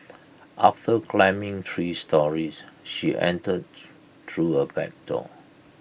after climbing three storeys she entered through A back door